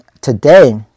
today